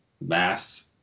mass